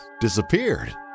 disappeared